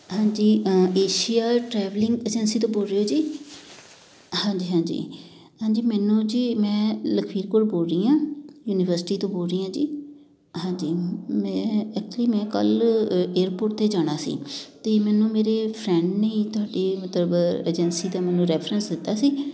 ਹਾਂਜੀ Asia travelling agency ਤੋਂ ਬੋਲ ਰਹੇ ਹੋ ਜੀ ਹਾਂਜੀ ਹਾਂਜੀ ਹਾਂਜੀ ਮੈਨੂੰ ਜੀ ਮੈਂ ਲਖਵੀਰ ਕੌਰ ਬੋਲ ਰਹੀ ਹਾਂ ਯੂਨੀਵਰਸਿਟੀ ਤੋਂ ਬੋਲ ਰਹੀ ਹਾਂ ਜੀ ਹਾਂਜੀ ਮੈਂ ਇੱਥੇ ਮੈਂ ਕੱਲ੍ਹ ਏਰਪੋਰਟ 'ਤੇ ਜਾਣਾ ਸੀ ਅਤੇ ਮੈਨੂੰ ਮੇਰੇ ਫਰੈਂਡ ਨੇ ਤੁਹਾਡੇ ਮਤਲਬ ਏਜੰਸੀ ਦਾ ਮੈਨੂੰ ਰੈਫਰੈਂਸ ਦਿੱਤਾ ਸੀ